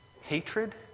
hatred